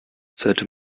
sollte